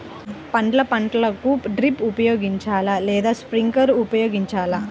పండ్ల పంటలకు డ్రిప్ ఉపయోగించాలా లేదా స్ప్రింక్లర్ ఉపయోగించాలా?